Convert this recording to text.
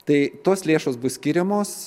tai tos lėšos bus skiriamos